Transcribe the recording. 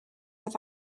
oedd